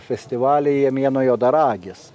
festivalyje mėnuo juodaragis